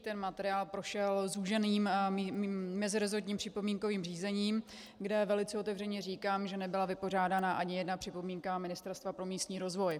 Ten materiál prošel zúženým meziresortním připomínkovým řízením, kde velice otevřeně říkám, že nebyla vypořádána ani jedna připomínka Ministerstva pro místní rozvoj.